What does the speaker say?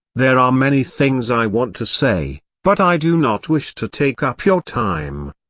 there are many things i want to say, but i do not wish to take up your time.